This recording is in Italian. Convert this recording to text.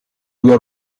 due